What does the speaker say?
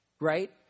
right